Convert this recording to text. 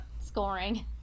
scoring